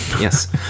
Yes